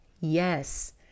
Yes